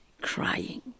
crying